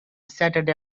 saturday